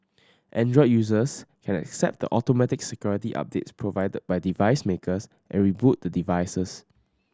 android users can accept the automatic security updates provided by device makers and reboot the devices